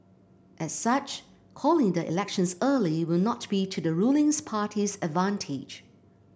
as such calling the elections early will not be to the ruling party's advantage